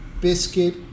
Biscuit